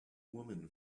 woman